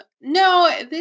No